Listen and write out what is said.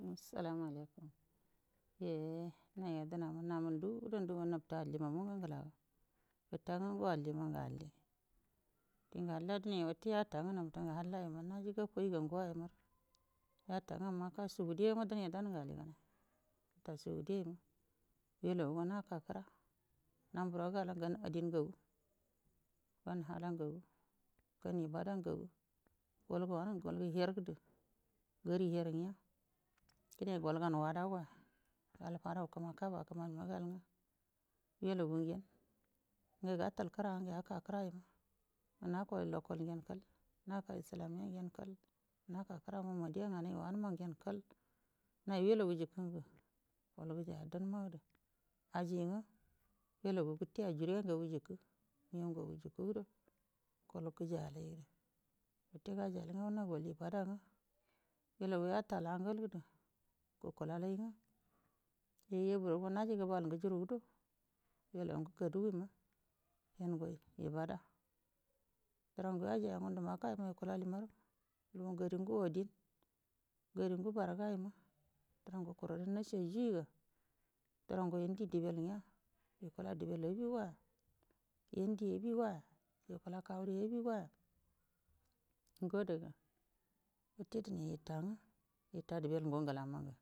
Asalamu alaikun yeh na yedenaa namu ndugudo nafti alli mo mu ngala ga, kette naga ngu allima nge alli dinge halla di salanga nge aafti katanga nati alli nge koi nga nguyen yakaa nga makka saudiyan nge alli geta saudiyange wellauwa nako kira namburo galyen gan adin ngagu wan hala gagu wan ibada gagu wal go wan iyageda her nge yeru henge kida gan goda wadaya yal fadou kimanu gal makka di nagayen wallawu gatal kiranga natalo lokol lekal nata islamiyayen kal nawulla jurri gede wal wal gujugu adam ma gede ajinge wallai kette juriya ngadan wu jibki wallai jikkidə wal ngu jaile wate junino fadongi yellawu yital angal gede gukakai nge yeh naji gebel gudo wallange kaduwonge yenge ibada diran yujugu makka an yurunga adin yurunga bala gaiyeb dirrange kuron naciwuga dirran go yazi dibel gen ikula dibel abiawa yin die abigowayo yukula kwu abiwoye ngo adega wute damu itagen.